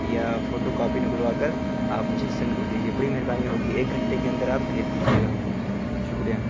یا photo copy نکلوا کر آپ مجھے سینڈ کر دیجیے بڑی مہربانی ہوگی ایک گھنٹے کے اندر آپ بھیج دیجیے گا شکریہ